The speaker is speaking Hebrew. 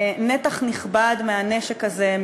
נתח נכבד מהנשק הזה,